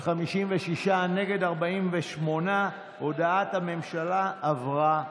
56, נגד, 48. הודעת הממשלה עברה.